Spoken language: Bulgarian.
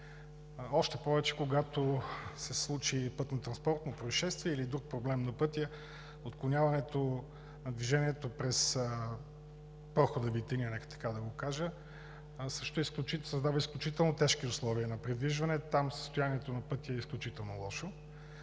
още повече когато се случи пътнотранспортно произшествие или друг проблем на пътя, отклоняването на движението през прохода „Витиня“ – нека така да го кажа, също създава изключително тежки условия на придвижване. Там състоянието на пътя е изключително лошо.